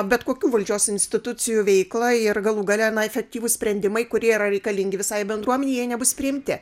bet kokių valdžios institucijų veiklą ir galų gale na efektyvūs sprendimai kurie yra reikalingi visai bendruomenei nebus priimti